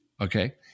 okay